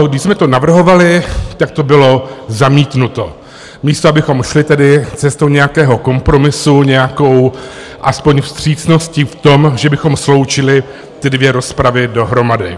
Když jsme to navrhovali, tak to bylo zamítnuto, místo abychom šli tedy cestou nějakého kompromisu, nějakou aspoň vstřícností v tom, že bychom sloučili ty dvě rozpravy dohromady.